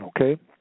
Okay